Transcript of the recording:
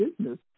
business